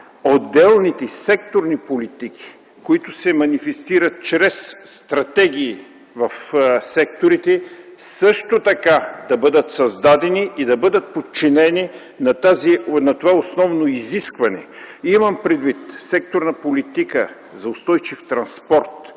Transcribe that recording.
отделните секторни политики, които се манифестират чрез стратегии в секторите, също така да бъдат създадени и да бъдат подчинени на това основно изискване. Имам предвид секторна политика за устойчив транспорт,